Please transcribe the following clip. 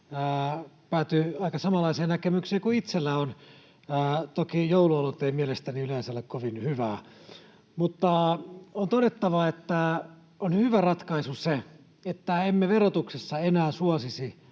päätyi aika samanlaiseen näkemykseen kuin itselläni on — toki jouluolut ei mielestäni yleensä ole kovin hyvää. On todettava, että on hyvä ratkaisu se, että emme verotuksessa enää suosisi